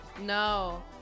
No